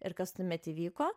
ir kas tuomet įvyko